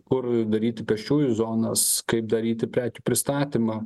kur daryti pėsčiųjų zonas kaip daryti prekių pristatymą